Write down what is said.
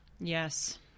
Yes